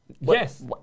Yes